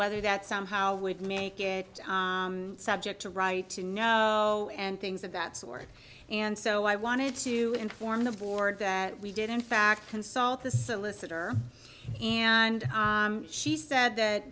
whether that somehow would make it subject to right to know and things of that sort and so i wanted to inform the board that we did in fact consult the solicitor and she said that